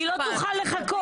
היא לא תוכל לחכות.